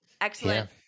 excellent